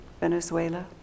Venezuela